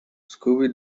scooby